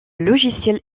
logiciel